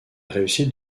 réussite